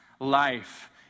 life